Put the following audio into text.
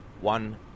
One